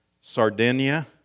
Sardinia